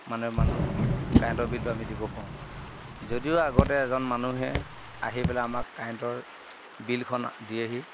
মানুহে মানুহ কাৰেণ্টৰ বিলটো আমি দিব পাৰোঁ যদিও আগতে এজন মানুহে আহি পেলাই আমাক কাৰেণ্টৰ বিলখন দিয়েহি